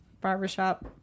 Barbershop